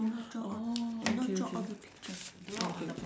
oh okay okay okay okay